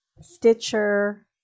Stitcher